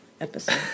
episode